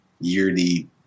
yearly